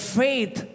faith